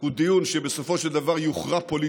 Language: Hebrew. הוא דיון שבסופו של דבר יוכרע פוליטית,